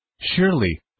Surely